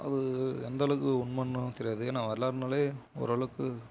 அது எந்த அளவுக்கு உண்மைனா தெரியாது ஏன்னா வரலாறுனாலே ஓரளவுக்கு